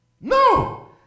No